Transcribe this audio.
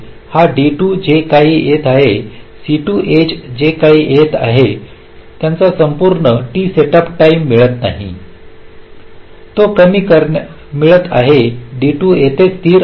हा D2 जे काही येत आहे C2 एज जे येथे येत आहे त्याचा संपूर्ण t सेटअप टाईम मिळत नाही तो कमी मिळत आहे D2 येथेच स्थिर आहे